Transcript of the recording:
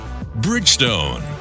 bridgestone